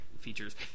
features